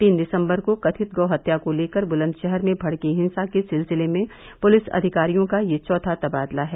तीन दिसंबर को कथित गौहत्या को लेकर बुलंदशहर में भड़की हिंसा के सिलसिले में पुलिस अधिकारियों का यह चौथा तबादला है